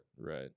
Right